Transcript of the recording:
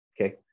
okay